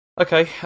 Okay